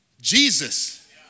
Jesus